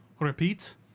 Repeat